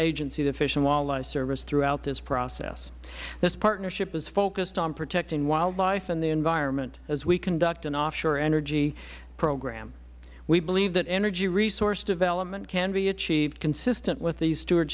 agency the fish and wildlife service throughout this process this partnership is focused on protecting wildlife in the environment as we conduct an offshore energy program we believe that energy resource development can be achieved consistent with the